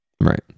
Right